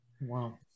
Wow